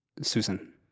Susan